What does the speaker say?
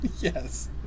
Yes